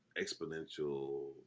exponential